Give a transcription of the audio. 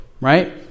right